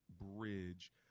bridge